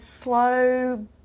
slow